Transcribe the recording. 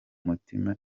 mutima